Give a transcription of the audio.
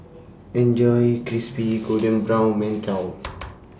Enjoy Crispy Golden Brown mantou